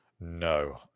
No